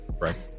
right